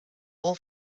all